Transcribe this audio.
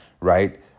Right